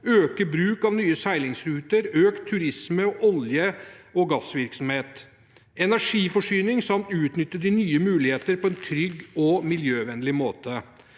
økt bruk av nye seilingsruter, økt turisme og olje- og gassvirksomhet, energiforsyning samt å utnytte de nye mulighetene på en trygg og miljøvennlig måte.